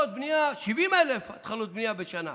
70,000 התחלות בנייה בשנה,